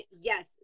yes